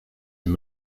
and